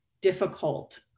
difficult